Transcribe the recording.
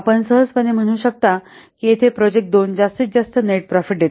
आपण सहजपणे म्हणू शकता की येथे प्रोजेक्ट 2 जास्तीत जास्त नेट प्रॉफिट देतो